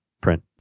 print